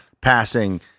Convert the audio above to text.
passing